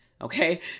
okay